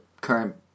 current